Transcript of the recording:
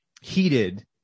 heated